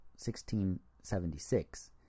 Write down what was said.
1676